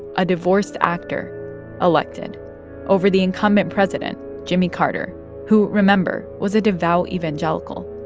a divorced actor elected over the incumbent president jimmy carter who, remember, was a devout evangelical.